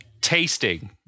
tasting